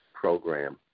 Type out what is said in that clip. program